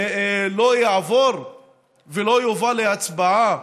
לא יעבור ולא יובא להצבעה?